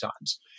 times